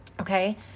Okay